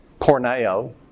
porneo